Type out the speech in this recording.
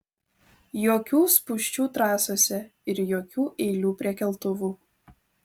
jokių spūsčių trasose ir jokių eilių prie keltuvų